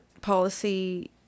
policy